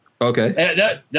Okay